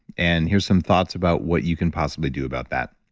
and here's some thoughts about what you can possibly do about that.